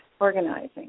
organizing